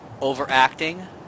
overacting